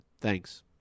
Thanks